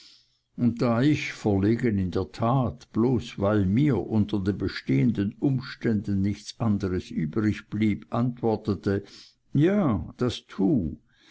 und da ich verlegen in der tat bloß weil mir unter den bestehenden umständen nichts anders übrigblieb antworte ja das tu